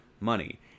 money